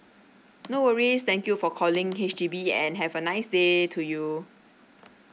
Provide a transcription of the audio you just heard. no worries thank you for calling H_D_B and have a nice day to you